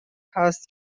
هست